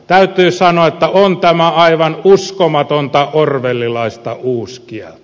täytyy sanoa että on tämä aivan uskomatonta orwellilaista uuskieltä